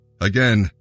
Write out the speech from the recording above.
Again